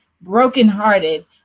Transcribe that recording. brokenhearted